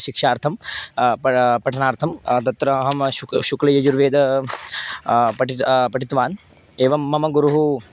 शिक्षार्थं पठनार्थं तत्र अहं शु शुक्लयजुर्वेदः पठितवान् एवं मम गुरुः